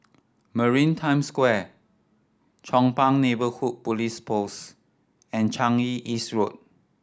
Maritime Square Chong Pang Neighbourhood Police Post and Changi East Road